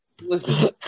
Listen